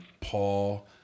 Paul